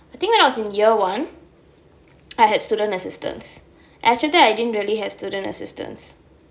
I think when I was in year one I had student assistants after that I didn't really have student assistants